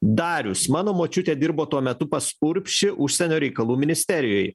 darius mano močiutė dirbo tuo metu pas urbšį užsienio reikalų ministerijoj